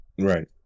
right